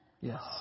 Yes